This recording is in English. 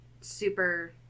super